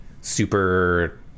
super